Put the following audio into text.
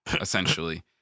essentially